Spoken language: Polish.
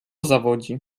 zawodzi